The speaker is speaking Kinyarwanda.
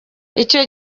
icyo